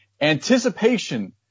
anticipation